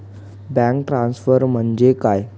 Bank transfer म्हणजे काय?